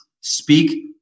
speak